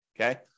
okay